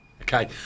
Okay